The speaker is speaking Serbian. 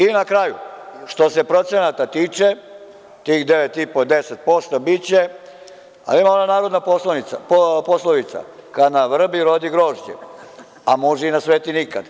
I na kraju, što se procenata tiče, tih 9,5 ili 10% biće, ali ima ona narodna poslovica – kad na vrbi rodi grožđe a može i na sveti nikad.